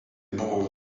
buvo